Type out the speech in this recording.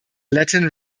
latin